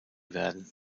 werden